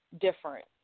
different